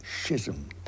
Schism